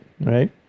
Right